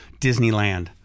Disneyland